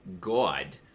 God